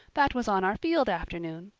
that was on our field afternoon.